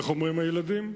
איך אומרים הילדים?